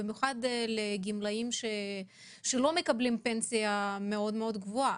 במיוחד לגמלאים שלא מקבלים פנסיה מאוד גבוהה,